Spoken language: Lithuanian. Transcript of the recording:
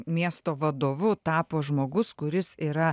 miesto vadovu tapo žmogus kuris yra